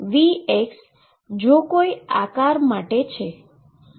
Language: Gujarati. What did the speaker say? V જે કોઈ એક આકાર છે